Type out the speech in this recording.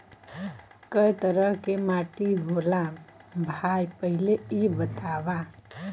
कै तरह के माटी होला भाय पहिले इ बतावा?